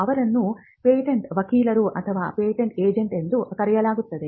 ಅವರನ್ನು ಪೇಟೆಂಟ್ ವಕೀಲರು ಅಥವಾ ಪೇಟೆಂಟ್ ಏಜೆಂಟ್ ಎಂದು ಕರೆಯಲಾಗುತ್ತದೆ